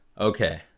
Okay